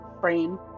frame